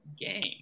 game